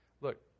Look